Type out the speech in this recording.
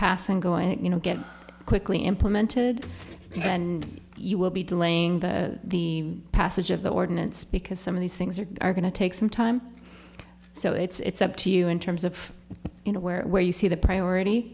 pass and go you know get quickly implemented and you will be delaying the the passage of the ordinance because some of these things are going to take some time so it's up to you in terms of you know where you see the priority